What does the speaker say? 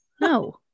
No